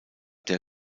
der